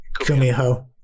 Kumiho